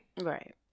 Right